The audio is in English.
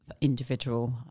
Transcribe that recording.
individual